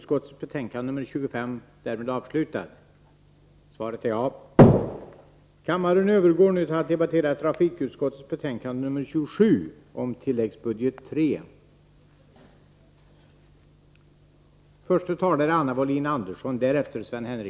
Kammaren övergår nu till att debattera bostadsutskottets betänkande 28 om ändrade former för finansiering av bostadslån m.m.